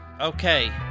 Okay